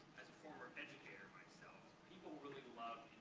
as a former educator myself, people really love